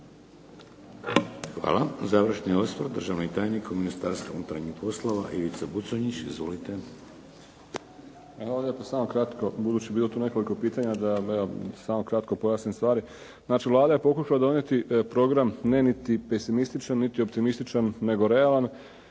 Hvala. Završni osvrt državni tajnik u Ministarstvu unutarnjih poslova Ivica Buconjić. Izvolite. **Buconjić, Ivica (HDZ)** Evo ja bih samo kratko budući je tu bilo nekoliko pitanja da vam evo samo kratko pojasnim stvari. Znači, Vlada je pokušala donijeti program ne niti pesimističan niti optimističan nego realan